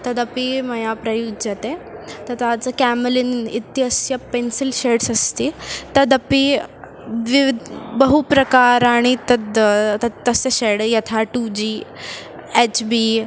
तदपि मया प्रयुज्यते तथा च केमलिन् इत्यस्य पेन्सिल् शर्ड्स् अस्ति तदपि द्विविद् बहु प्रकाराणि तद् तत् तस्य शेड् यथा टु जि एच् बि